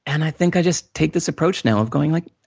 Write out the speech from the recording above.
and i think i just take this approach now, of going, like,